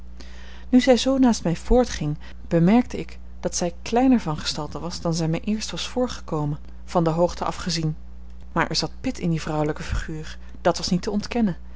nu zij zoo naast mij voortging bemerkte ik dat zij kleiner van gestalte was dan zij mij eerst was voorgekomen van de hoogte af gezien maar er zat pit in die vrouwelijke figuur dat was niet te ontkennen